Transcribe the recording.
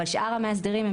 אבל שאר המאסדרים,